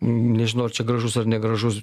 nežinau ar čia gražus ar negražus